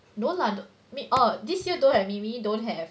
no lah I don't this year don't have mimi don't have